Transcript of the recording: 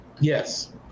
yes